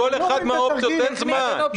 לכל אחת מהאופציות אין זמן.